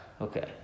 Okay